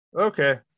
okay